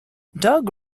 doug